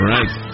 Right